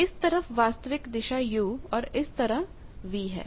इस तरफ वास्तविक दिशा u और इस तरफ v है